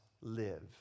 live